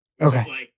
Okay